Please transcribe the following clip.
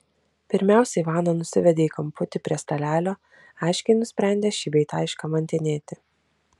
pirmiausia ivaną nusivedė į kamputį prie stalelio aiškiai nusprendę šį bei tą iškamantinėti